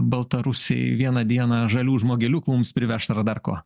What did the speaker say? baltarusiai vieną dieną žalių žmogeliukų mums priveš ar dar ko